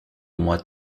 moi